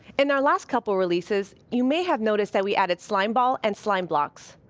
in our last couple releases, you may have noticed that we added slimeball and slime blocks.